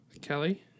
Kelly